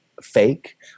fake